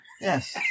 Yes